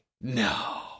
no